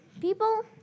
People